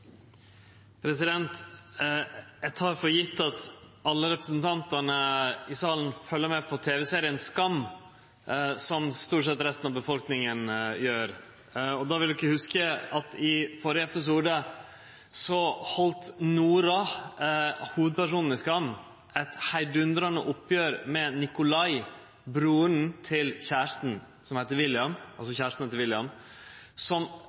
Eg tek for gjeve at alle representantane i salen følgjer med på tv-serien «Skam», som stort sett resten av befolkninga gjer. Då vil ein hugse at i førre episode hadde Noora, hovudpersonen i «Skam», eit heidundrande oppgjer med Nikolai, broren til kjærasten, som heiter William,